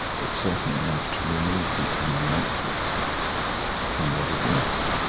but certainly enough to remove the animosity from their divorce.